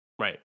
Right